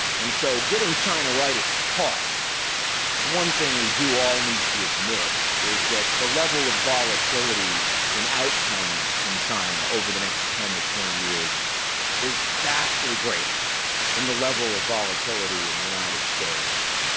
and so getting china right is hard. and one thing we do all need to admit is that the level of volatility in outcomes in china over the next ten to twenty years is vastly greater than the level of volatility in the united states